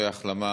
ולאחל החלמה